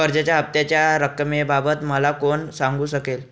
कर्जाच्या हफ्त्याच्या रक्कमेबाबत मला कोण सांगू शकेल?